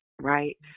right